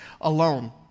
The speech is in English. alone